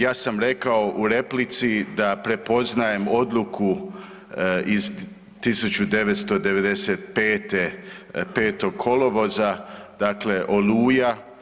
Ja sam rekao u replici da prepoznajem odluku iz 1995. 5. kolovoza, dakle „Oluja“